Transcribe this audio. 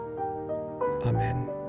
amen